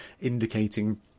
indicating